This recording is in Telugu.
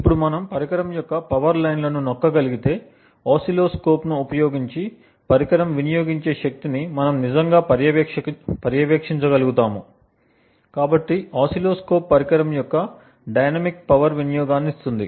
ఇప్పుడు మనం పరికరం యొక్క పవర్ లైన్లను నొక్కగలిగితే ఓసిల్లోస్కోప్ ను ఉపయోగించి పరికరం వినియోగించే శక్తిని మనం నిజంగా పర్యవేక్షించగలుగుతాము కాబట్టి ఓసిల్లోస్కోప్ పరికరం యొక్క డైనమిక్ పవర్ వినియోగాన్ని ఇస్తుంది